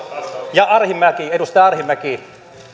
ja edustaja arhinmäki